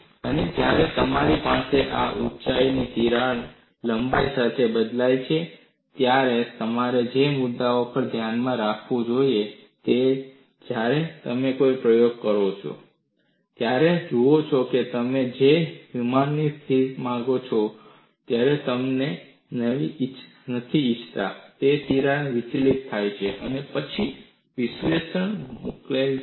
અને જ્યારે તમારી પાસે આ ઊંચાઈ તિરાડ લંબાઈ સાથે બદલાય છે ત્યારે તમારે જે મુદ્દાઓ પર ધ્યાન આપવું જોઈએ તે છે જ્યારે તમે કોઈ પ્રયોગ કરો છો ત્યારે જુઓ કે તમે તે જ વિમાનમાં તિરાડ વધવા માંગો છો તમે નથી ઇચ્છતા કે તિરાડ વિચલિત થાય પછી વિશ્લેષણ મુશ્કેલ બને છે